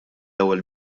ewwel